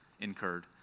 incurred